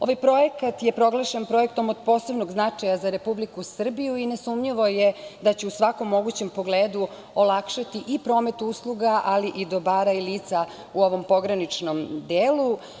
Ovaj projekat je proglašen projektom od posebnom značaja za Republiku Srbiju i nesumnjivo je da će u svakom mogućem pogledu olakšati i promet usluga, ali i dobara i lica u ovom pograničnom delu.